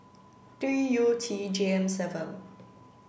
D U T J M seven